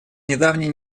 недавней